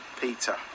Peter